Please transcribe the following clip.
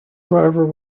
driver